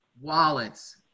wallets